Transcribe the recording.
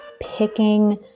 picking